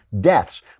deaths